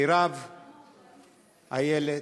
מירב, איילת,